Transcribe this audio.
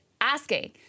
asking